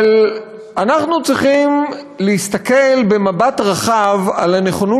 אבל אנחנו צריכים להסתכל במבט רחב על הנכונות